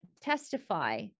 testify